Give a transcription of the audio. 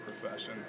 profession